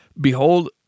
Behold